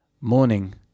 Morning